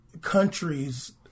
countries